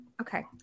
Okay